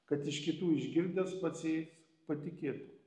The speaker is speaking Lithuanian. kad iš kitų išgirdęs pats jais patikėtų